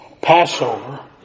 Passover